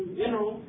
general